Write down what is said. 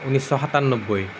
ঊনৈছশ সাতান্নবৈ